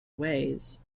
ways